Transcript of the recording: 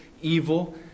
evil